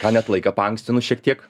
ar net laiką paankstinu šiek tiek